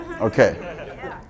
Okay